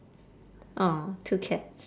!aww! two cats